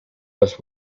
los